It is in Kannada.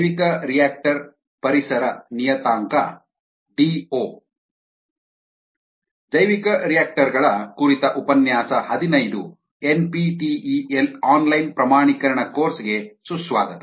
ಜೈವಿಕರಿಯಾಕ್ಟರ್ ಪರಿಸರ ನಿಯತಾಂಕ ಡಿಒ ಜೈವಿಕರಿಯಾಕ್ಟರ್ ಗಳ ಕುರಿತ ಉಪನ್ಯಾಸ ಹದಿನೈದು ಎನ್ಪಿಟಿಇಎಲ್ ಆನ್ಲೈನ್ ಪ್ರಮಾಣೀಕರಣ ಕೋರ್ಸ್ ಗೆ ಸುಸ್ವಾಗತ